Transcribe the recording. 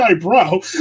Bro